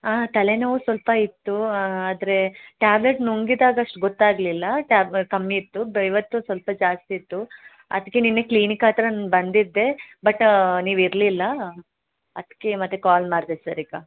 ಹಾಂ ತಲೆನೋವು ಸ್ವಲ್ಪ ಇತ್ತು ಆದರೆ ಟ್ಯಾಬ್ಲೆಟ್ ನುಂಗಿದಾಗ ಅಷ್ಟು ಗೊತ್ತಾಗಲಿಲ್ಲ ಟ್ಯಾಬ್ ಕಮ್ಮಿ ಇತ್ತು ಇವತ್ತು ಸ್ವಲ್ಪ ಜಾಸ್ತಿ ಇತ್ತು ಅದಕ್ಕೆ ನೆನ್ನೆ ಕ್ಲಿನಿಕ್ ಹತ್ತಿರ ಬಂದಿದ್ದೆ ಬಟ್ ನೀವು ಇರಲಿಲ್ಲಾ ಅದಕ್ಕೆ ಮತ್ತು ಕಾಲ್ ಮಾಡಿದೆ ಸರ್ ಈಗ